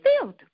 filled